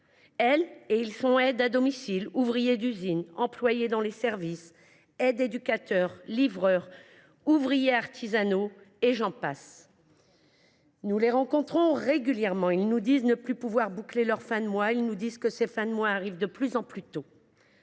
Ces salariés sont aides à domiciles, ouvriers d’usine, employés dans les services, aides éducateurs, livreurs, ouvriers artisanaux, et j’en passe. Nous les rencontrons régulièrement : ils nous disent qu’ils ne peuvent plus boucler leurs fins de mois et que ces fins de mois arrivent de plus en plus tôt.